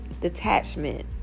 Detachment